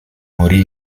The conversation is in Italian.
morì